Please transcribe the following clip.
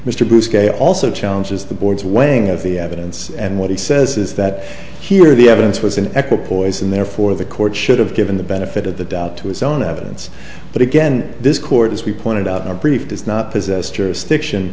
kaye also challenges the board's weighing of the evidence and what he says is that here the evidence was an echo poisoned therefore the court should have given the benefit of the doubt to his own evidence but again this court as we pointed out in our brief does not possess jurisdiction